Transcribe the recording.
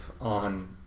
on